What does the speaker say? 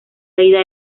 leída